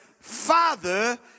father